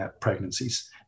pregnancies